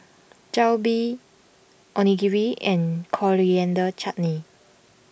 Jalebi Onigiri and Coriander Chutney